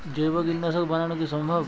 জৈব কীটনাশক বানানো কি সম্ভব?